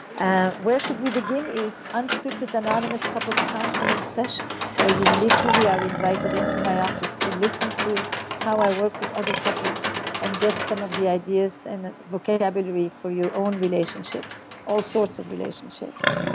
and where should we begin is unscripted, anonymous couples counseling sessions where you literally are invited into my office to listen to how i work with other couples and get some of the ideas and vocabulary for your own relationships, all sorts of relationships.